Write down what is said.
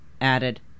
added